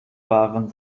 waren